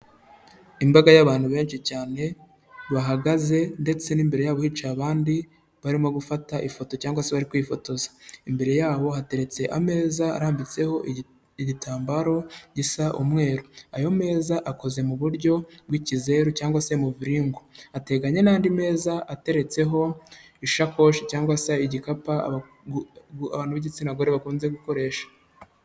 Imbaga y'abantu benshi cyane, bahagaze ndetse n'imbere yabo hicaye abandi, barimo gufata ifoto cyangwa se bari kwifotoza, imbere yabo hateretse ameza arambitseho igitambaro gisa umweru, ayo meza akoze mu buryo bw'ikizeru cyangwa se muviringu ateganye n'andi meza ateretseho ishakoshi, cyangwag se igikapu abantu b'igitsina gore bakunze gukoresha.